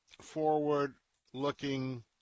forward-looking